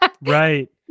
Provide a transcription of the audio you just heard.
Right